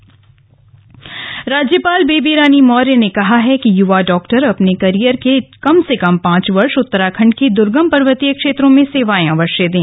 राज्यपाल राज्यपाल बेबी रानी मौर्य ने कहा है कि युवा डॉक्टर अपने कैरियर के कम से कम पांच वर्ष उत्तराखण्ड के दुर्गम पर्वतीय क्षेत्रों में सेवाएं अवश्य दें